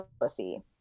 pussy